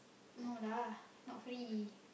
no lah not free